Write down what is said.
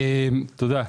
תודה.